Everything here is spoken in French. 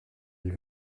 elle